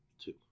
two